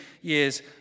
years